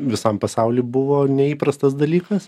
visam pasauly buvo neįprastas dalykas